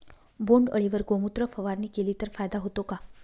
बोंडअळीवर गोमूत्र फवारणी केली तर फायदा होतो का?